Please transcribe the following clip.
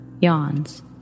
yawns